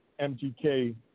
MGK